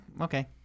Okay